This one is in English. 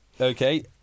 Okay